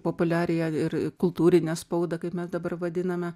populiariąją ir kultūrinę spaudą kaip mes dabar vadiname